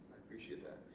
appreciate that.